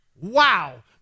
Wow